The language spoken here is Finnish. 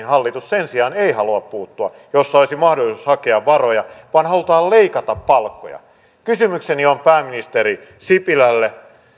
hallitus sen sijaan ei halua puuttua jättiosinkoihin tai veroparatiiseihin joista olisi mahdollisuus hakea varoja vaan halutaan leikata palkkoja kysymykseni on pääministeri sipilälle